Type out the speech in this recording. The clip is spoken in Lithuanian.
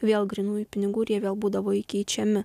vėl grynųjų pinigų ir jie vėl būdavo įkeičiami